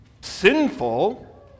sinful